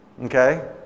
Okay